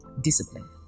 discipline